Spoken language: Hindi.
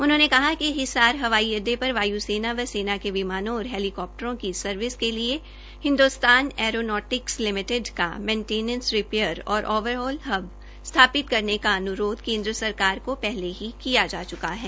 उन्होंने कहा कि हिसार हवाई अड्डे पर वायु सेना व सेना के विमानों और हेलिकॉप्टरों की सर्विस के लिए हिन्दुस्तान एयरोनॉटिक्स लिमिटेड एचएएल का मेंटेनेंस रिपेयर और ऑवरहॉल एमआरओ हब स्थापित करने का अनुरोध केन्द्र सरकार को पहले ही किया जा चुका है